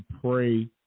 pray